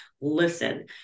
listen